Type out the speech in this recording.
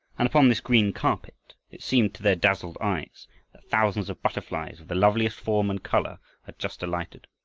and upon this green carpet it seemed to their dazzled eyes that thousands of butterflies of the loveliest form and color had just alighted.